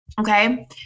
okay